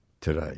today